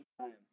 time